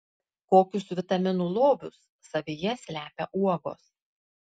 kokius vitaminų lobius savyje slepia uogos